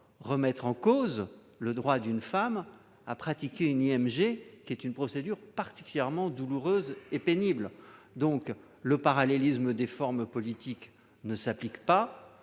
remettre en cause le droit d'une femme à pratiquer une IMG, qui est une procédure particulièrement douloureuse et pénible. Le parallélisme politique des formes ne s'applique donc